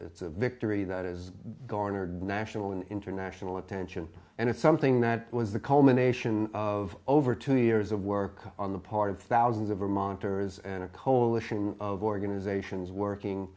it's a victory that is garnered national and international attention and it's something that was the culmination of over two years of work on the part of thousands of our monitors and a coalition of organizations working